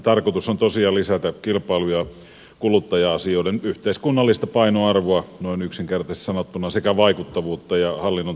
tarkoitus on tosiaan lisätä kilpailu ja kuluttaja asioiden yhteiskunnallista painoarvoa noin yksinkertaisesti sanottuna sekä vaikuttavuutta ja hallinnon tehostamista